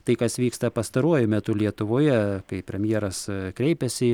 tai kas vyksta pastaruoju metu lietuvoje kai premjeras kreipėsi į